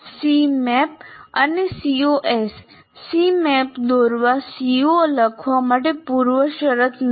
Cmaps અને COs Cmaps દોરવા CO લખવા માટે પૂર્વશરત નથી